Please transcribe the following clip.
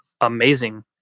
amazing